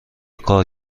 کار